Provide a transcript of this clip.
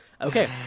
Okay